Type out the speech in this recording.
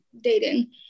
dating